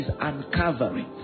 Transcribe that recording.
uncovering